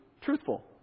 truthful